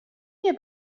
nie